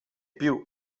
più